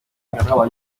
encargaba